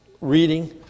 reading